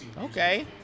Okay